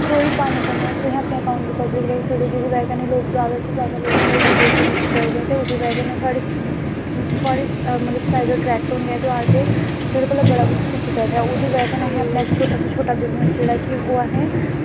story पाने कन्नै तुसें अपने अकाउंट गी पब्लिक करी सकदे ओ जेह्दी बजह् कन्नै लोक जादा तो जादा थोआढ़ी वीडियो गी दिक्खी सकदे ऐ ते ओह्दी बजह् कन्नै थोआढ़ी थोआढ़ी मतलब साईड ओह् अट्रैक्ट होंदा ऐ ते ओह् आखदे ऐ जेह्दे कोला बड़ा कुछ सिक्खी सकदे ऐ ओह्दी बजह् कन्नै अस अपना इक छोटे तो छोटा बिज़नस जेह्ड़ा ऐ कि ओह् अस